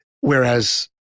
whereas